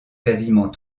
quasiment